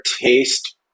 taste